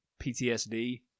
PTSD